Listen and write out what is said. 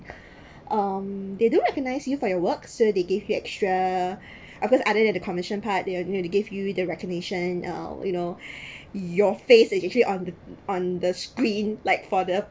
um they don't recognise you for your works so they give you extra at first other than the commission part they are not to give you the recognition now you know your face is that actually on the on the screen like for the